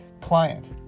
client